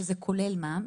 כולל מע"מ.